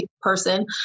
person